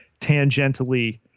tangentially